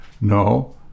No